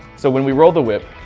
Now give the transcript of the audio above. so when we roll the whip,